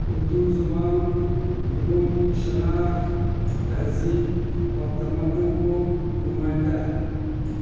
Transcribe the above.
اردو زبان لوگوں کی شناخت تہذیب اور تمدن کو نمائندہ ہے